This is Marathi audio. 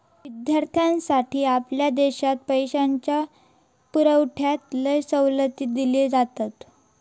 विद्यार्थ्यांसाठी आपल्या देशात पैशाच्या पुरवठ्यात लय सवलती दिले जातत